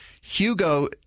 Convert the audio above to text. Hugo